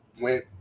went